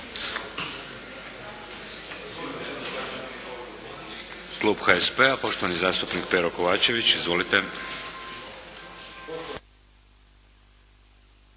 Klub HSP-a poštovani zastupnik Pero Kovačević. Izvolite.